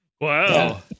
Wow